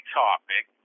topic